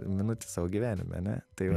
minutę savo gyvenime ane tai va